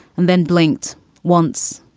and then blinked once.